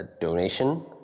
donation